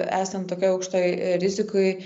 esant tokioj aukštoj rizikoj